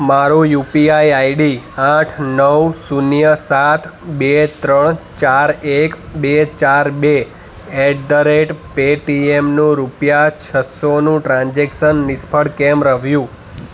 મારું U P I I D આઠ નવ શૂન્ય સાત બે ત્રણ ચાર એક બે ચાર બે ઍટ ધ રૅટ પૅટીએમનું રૂપિયા છ સોનું ટ્રાન્ઝૅક્શન નિષ્ફળ કેમ રહ્યું